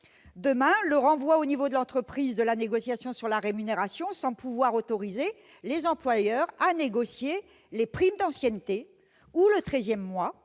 demain, le renvoi au niveau de l'entreprise de la négociation sur la rémunération semble pouvoir autoriser les employeurs à négocier les primes d'ancienneté ou le treizièmemois,